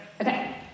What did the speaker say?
Okay